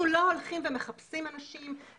אנחנו לא הולכים ומחפשים אנשים,